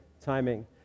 timing